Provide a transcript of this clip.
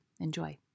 Enjoy